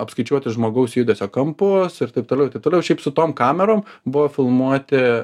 apskaičiuoti žmogaus judesio kampus ir taip toliau ir taip toliau šiaip su tom kamerom buvo filmuoti